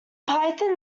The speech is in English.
python